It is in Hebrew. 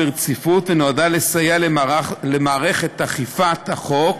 ברציפות ונועדה לסייע למערכת אכיפת החוק